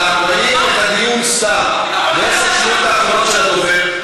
בעשר השניות האחרונות של הדובר,